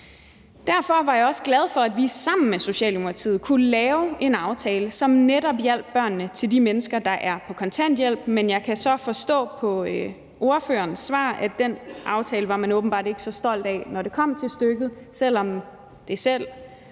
Derfor var jeg også glad for, at vi sammen med Socialdemokratiet kunne lave en aftale, som netop hjalp børnene af de mennesker, der er på kontanthjælp. Men jeg kan så forstå på ordførerens svar, at den aftale var man åbenbart ikke så stolt af, når det kom til stykket, selv om det var